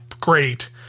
great